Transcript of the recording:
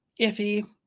iffy